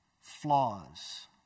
flaws